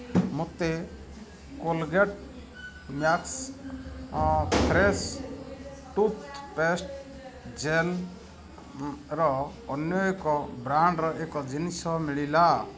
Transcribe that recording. ମୋତେ Colgate max fresh toothpaste ଜେଲ୍ର ଅନ୍ୟ ଏକ ବ୍ରାଣ୍ଡର ଏକ ଜିନିଷ ମିଳିଲା